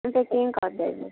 ମୁଁ ପେକିଙ୍ଗ୍ କରିଦେବି